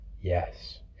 Yes